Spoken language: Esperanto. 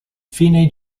fine